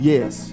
Yes